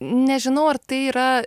nežinau ar tai yra